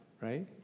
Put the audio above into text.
right